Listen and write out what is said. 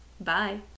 Bye